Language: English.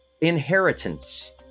inheritance